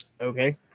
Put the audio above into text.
Okay